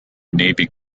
navy